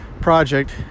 project